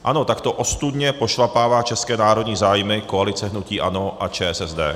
Ano, takto ostudně pošlapává české národní zájmy koalice hnutí ANO a ČSSD.